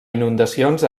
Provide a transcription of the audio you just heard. inundacions